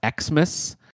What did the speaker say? xmas